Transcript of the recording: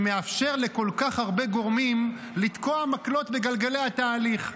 שמאפשר לכל כך הרבה גורמים לתקוע מקלות בגלגלי התהליך,